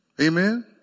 amen